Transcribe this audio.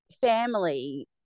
family